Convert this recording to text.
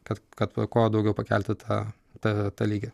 kad kad va kuo daugiau pakelti tą tą tą lygį